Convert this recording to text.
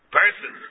person